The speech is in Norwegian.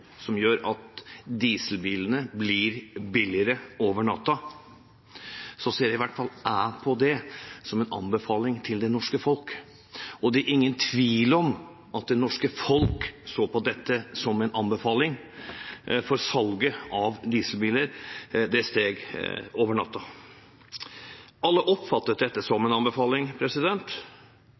som gjør at dieselbilene blir billigere over natten, ser i hvert fall jeg på det som en anbefaling til det norske folk. Og det er ingen tvil om at det norske folk så på dette som en anbefaling, for salget av dieselbiler steg over natten. Alle oppfattet dette som